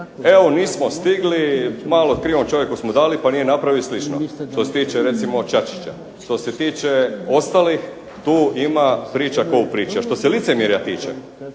evo nismo stigli, malo krivom čovjeku smo dali pa nije napravio i slično, što se tiče recimo Čačića. Što se tiče ostalih tu ima priča ko u priči. A što se licemjerja tiče,